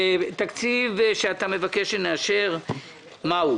תקציב שאתה מבקש שנאשר מה הוא?